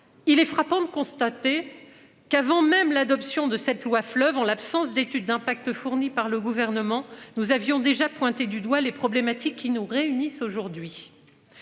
Il est frappant de constater. Qu'avant même l'adoption de cette loi fleuve en l'absence d'étude d'impact fournis par le gouvernement. Nous avions déjà pointé du doigt les problématiques qui nous réunissent aujourd'hui.